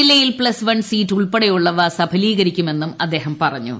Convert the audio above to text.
ജില്ലയിൽ plus one seat ഉൾപ്പെടെയുള്ളവ സഫലീകരിക്കുമെന്നും അദ്ദേഹം പറഞ്ഞു